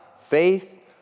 faith